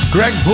Greg